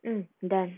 mm done